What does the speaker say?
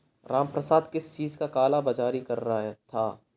रामप्रसाद किस चीज का काला बाज़ारी कर रहा था